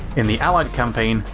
in the allied campaign,